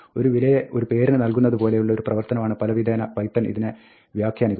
ഒരു വിലയെ ഒരു പേരിന് നൽകുന്ന പോലെയുള്ള ഒരു പ്രവർത്തനമായാണ് പലവിധേന പൈത്തൺ ഇതിനെ വ്യാഖ്യാനിക്കുന്നത്